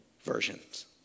versions